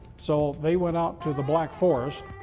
so they went out to the black forest,